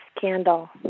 Candle